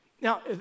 Now